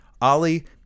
Ali